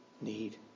need